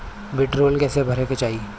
भीडरौल कैसे भरल जाइ?